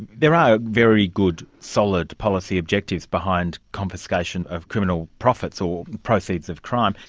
there are very good, solid policy objectives behind confiscation of criminal profits, or proceeds of crime.